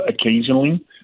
occasionally